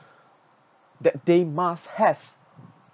that they must have